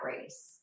race